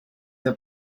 the